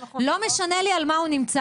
לא משנה לי על מה הוא נמצא,